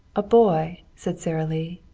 a boy! said sara lee.